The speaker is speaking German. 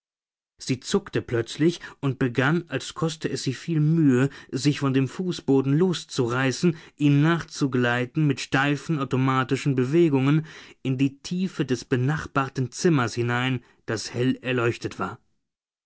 sie zuckte plötzlich und begann als koste es sie viel mühe sich von dem fußboden loszureißen ihm nachzugleiten mit steifen automatischen bewegungen in die tiefe des benachbarten zimmers hinein das hell erleuchtet war